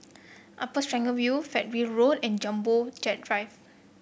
Upper Serangoon View Fernhill Road and Jumbo Jet Drive